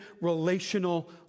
relational